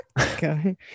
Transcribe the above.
okay